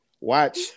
Watch